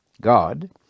God